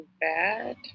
bad